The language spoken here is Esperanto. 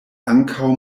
ankaŭ